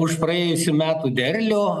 už praėjusių metų derlių